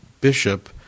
bishop